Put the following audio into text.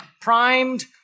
primed